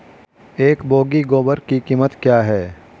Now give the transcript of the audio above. एक बोगी गोबर की क्या कीमत है?